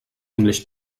english